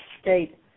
state